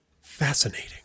fascinating